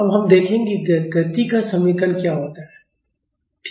अब हम देखेंगे कि गति का समीकरण क्या होता है ठीक है